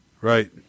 right